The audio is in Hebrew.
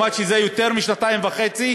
שזה יותר משנתיים וחצי,